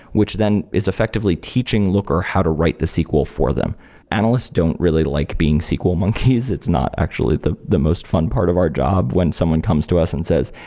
which then is effectively teaching looker how to write the sql for them analysts don't really like being sql monkeys. it's not actually the the most fun part of our job when someone comes to us and says,